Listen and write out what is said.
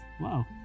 Wow